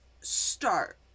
start